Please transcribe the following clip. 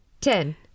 ten